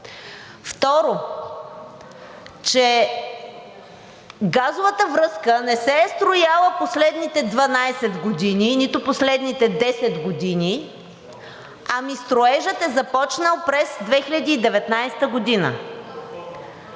Второ, че газовата връзка не се е строяла последните 12 години, нито последните 10 години, ами строежът е започнал през 2019 г.